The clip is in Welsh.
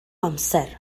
amser